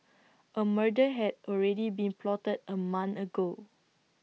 A murder had already been plotted A month ago